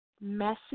messy